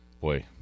Boy